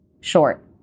Short